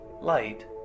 light